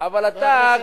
אבל אתה,